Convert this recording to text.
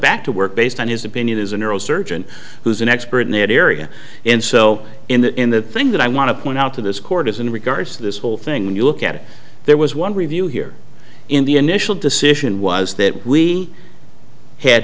back to work based on his opinion is a neurosurgeon who's an expert in that area and so in the thing that i want to point out to this court is in regards to this whole thing when you look at there was one review here in the initial decision was that we had